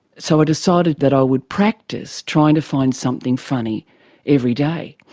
so i decided that i would practice trying to find something funny every day.